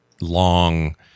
long